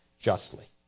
justly